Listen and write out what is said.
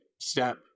step